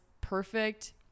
perfect